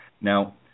Now